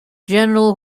general